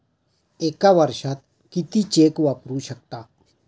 एका वर्षात किती चेक वापरू शकता?